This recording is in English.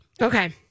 okay